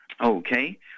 Okay